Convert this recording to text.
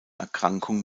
erkrankung